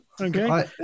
Okay